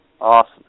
Awesome